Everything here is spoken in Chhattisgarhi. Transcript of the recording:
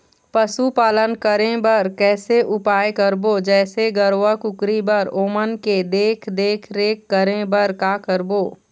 पशुपालन करें बर कैसे उपाय करबो, जैसे गरवा, कुकरी बर ओमन के देख देख रेख करें बर का करबो?